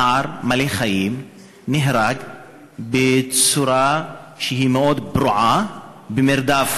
נער מלא חיים נהרג בצורה מאוד פרועה במרדף